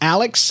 Alex